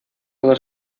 dos